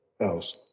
else